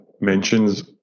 mentions